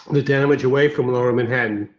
the damage away from lower manhattan,